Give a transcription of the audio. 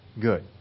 good